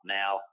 now